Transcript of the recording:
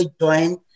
join